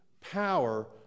power